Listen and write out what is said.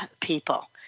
people